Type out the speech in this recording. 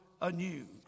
anew